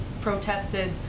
protested